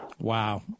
Wow